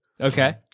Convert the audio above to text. Okay